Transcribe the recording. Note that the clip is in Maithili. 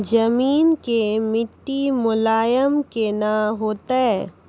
जमीन के मिट्टी मुलायम केना होतै?